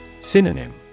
Synonym